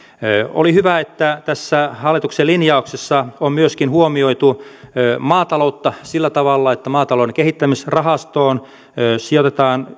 oli hyvä että tässä hallituksen linjauksessa on myöskin huomioitu maataloutta sillä tavalla että maatalouden kehittämisrahastoon sijoitetaan